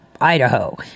idaho